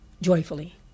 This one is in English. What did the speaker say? joyfully